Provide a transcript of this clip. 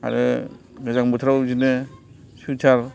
आरो गोजां बोथोराव बिदिनो सुइटार